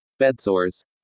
Bedsores